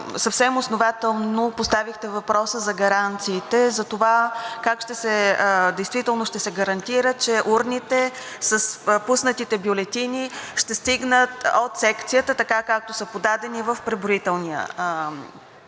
съвсем основателно поставихте въпроса за гаранциите, за това как действително ще се гарантира, че урните с пуснатите бюлетини ще стигнат от секцията така, както са подадени, в преброителния център.